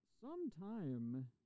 sometime